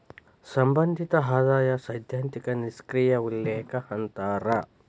ಸಂಬಂಧಿತ ಆದಾಯ ಸೈದ್ಧಾಂತಿಕ ನಿಷ್ಕ್ರಿಯ ಉಲ್ಲೇಖ ಅಂತಾರ